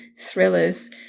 thrillers